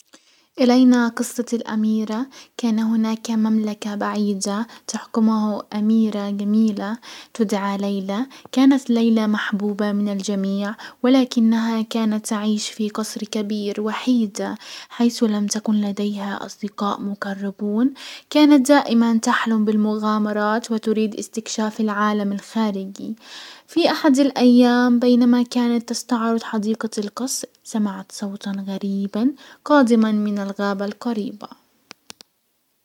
الينا قصة الاميرة، كان هناك مملكة بعيدة تحكمه اميرة جميلة تدعى ليلى. كانت ليلى محبوبة من الجميع، ولكنها كانت تعيش في قصر كبير وحيدة، حيث لم تكن لديها اصدقاء مقربون. كانت دائما تحلم بالمغامرات وتريد استكشاف العالم الخارجي. في احد الايام بينما كانت تستعرض حديقة القصر سمعت صوتا غريبا قادما من الغابة القريبة.